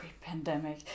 pandemic